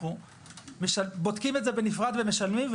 אנחנו בודקים את זה בנפרד ומשלמים,